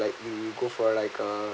like you go for like a